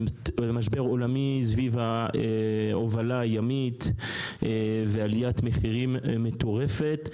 סביב ההובלה הימית ועליית מחירים מטורפת,